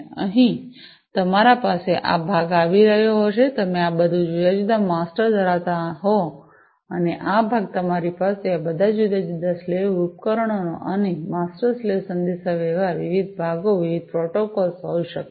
અહીં તમારી પાસે આ ભાગ આવી રહ્યો હશે તમે આ બધા જુદા જુદા માસ્ટર ધરાવતા હો અને આ ભાગ તમારી પાસે આ બધા જુદા જુદા સ્લેવ ઉપકરણો અને માસ્ટર સ્લેવ સંદેશાવ્યવહાર વિવિધ ભાગો વિવિધ પ્રોટોકોલ્સ હોઈ શકે છે